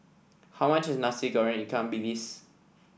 how much is Nasi Goreng Ikan Bilis